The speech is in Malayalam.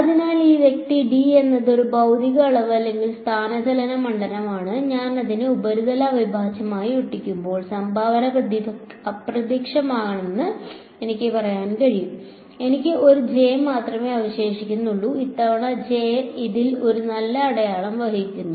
അതിനാൽ ഈ വ്യക്തി D എന്നത് ഒരു ഭൌതിക അളവ് അല്ലെങ്കിൽ സ്ഥാനചലന മണ്ഡലമാണ് ഞാൻ അതിനെ ഉപരിതല അവിഭാജ്യമായി ഒട്ടിക്കുമ്പോൾ സംഭാവന അപ്രത്യക്ഷമാകുമെന്ന് എനിക്ക് പറയാൻ കഴിയും എനിക്ക് ഒരു J മാത്രമേ അവശേഷിക്കുന്നുള്ളൂ ഇത്തവണ J ഇതിൽ ഒരു നല്ല അടയാളം വഹിക്കുന്നു